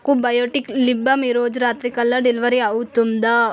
నాకు Biotique lip balm ఈరోజు రాత్రికల్లా డెలివరీ అవుతుందా